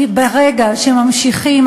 כי ברגע שממשיכים,